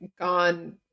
gone